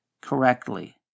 correctly